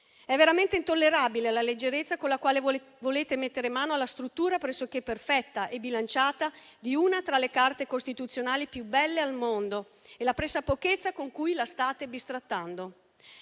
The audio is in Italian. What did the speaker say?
e attuato oggi. La leggerezza con la quale volete mettere mano alla struttura pressoché perfetta e bilanciata di una tra le Carte costituzionali più belle al mondo e il pressapochismo con cui la state bistrattando